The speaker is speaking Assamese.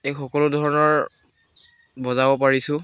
এই সকলো ধৰণৰ বজাব পাৰিছোঁ